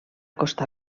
costa